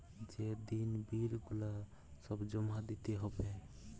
যে দিন বিল গুলা সব জমা দিতে হ্যবে